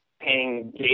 paying